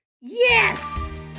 Yes